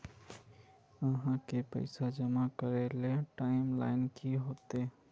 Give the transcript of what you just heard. आहाँ के पैसा जमा करे ले टाइम लाइन की होते?